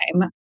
time